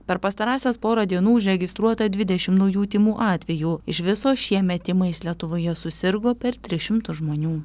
per pastarąsias porą dienų užregistruota dvidešim naujų tymų atvejų iš viso šiemet tymais lietuvoje susirgo per tris šimtus žmonių